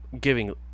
giving